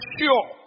sure